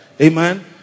Amen